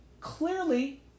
clearly